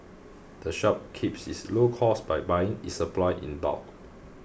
the shop keeps its low costs by buying its supplies in bulk